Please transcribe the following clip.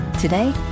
Today